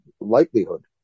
Likelihood